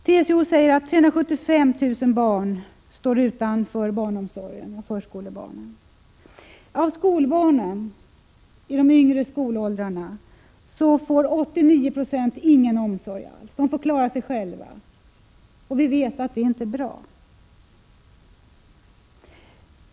TCO säger att 375 000 förskolebarn står utanför barnomsorgen. Av barnen i de yngre skolåldrarna får 89 26 ingen omsorg alls. De får klara sig själva, och vi vet att det inte är bra.